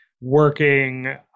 working